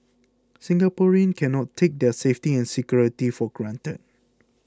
Singaporeans cannot take their safety and security for granted